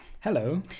hello